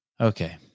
Okay